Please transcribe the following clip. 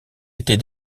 était